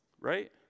right